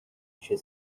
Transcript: she